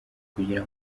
kugira